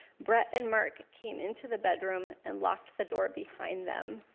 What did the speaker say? brett and mark came into the bedroom and locked the door behind them.